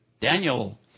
Daniel